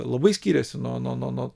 labai skyrėsi nuo nuo nuo